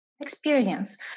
Experience